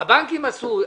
הבנקים עשו.